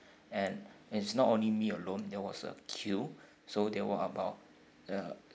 and it's not only me alone there was a queue so there were about uh